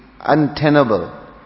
untenable